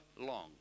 long